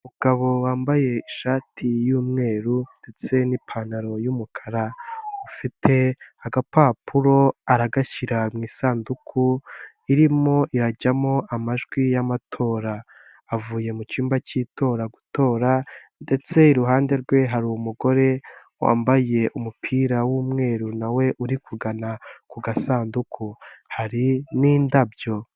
Umugabo wambaye ishati y'umweru ndetse n'ipantaro y'umukara ufite agapapuro aragashyira mu isanduku irimo irajyamo amajwi y'amatora, avuye mu cyumba cy'itora gutora ndetse iruhande rwe hari umugore wambaye umupira w'umweru nawe uri kugana ku gasanduku, hari n'indabyo.